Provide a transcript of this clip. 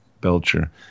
Belcher